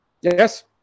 Yes